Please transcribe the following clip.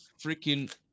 freaking